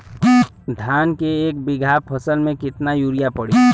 धान के एक बिघा फसल मे कितना यूरिया पड़ी?